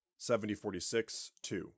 7046-2